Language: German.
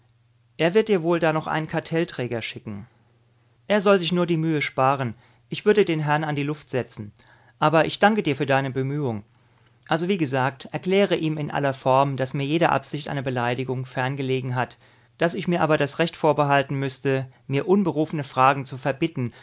er wird dir wohl da noch einen kartellträger schicken er soll sich nur die mühe sparen ich würde den herrn an die luft setzen aber ich danke dir für deine bemühung also wie gesagt erkläre ihm in aller form daß mir jede absicht einer beleidigung ferngelegen hat daß ich mir aber das recht vorbehalten müßte mir unberufene fragen zu verbitten